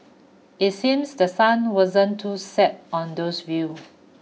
it seems the sun wasn't too set on those view